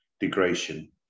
Degradation